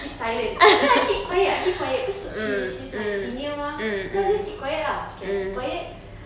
keep silent then I keep quiet I keep quiet because she~ she's my senior mah so I keep quiet lah okay I keep quiet